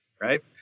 right